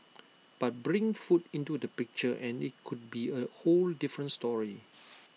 but bring food into the picture and IT could be A whole different story